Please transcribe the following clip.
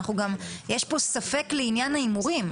גם יש פה ספק לעניין ההימורים.